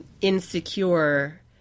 insecure